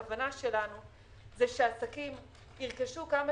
הכוונה שלנו היא שהעסקים ירכשו כמה